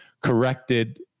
corrected